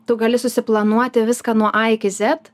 tu gali susiplanuoti viską nuo a iki zet